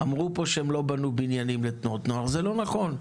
אמרו פה שהם לא בנו בניינים לתנועות נוער זה לא נכון,